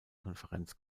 konferenz